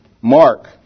Mark